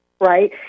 right